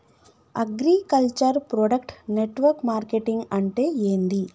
Agriculture product network marketing అంటే ఏంది?